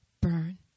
burn